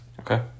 okay